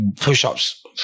push-ups